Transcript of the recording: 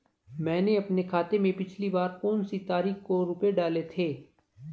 मैंने अपने खाते में पिछली बार कौनसी तारीख को रुपये डाले थे?